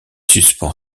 suspend